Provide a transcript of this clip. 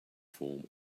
form